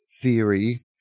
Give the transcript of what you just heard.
theory